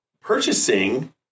purchasing